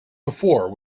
before